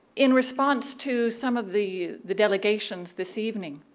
in response to some of the the delegations this evening,